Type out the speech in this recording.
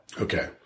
Okay